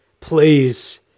please